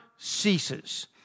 Ceases